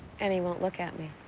and he won't look at me.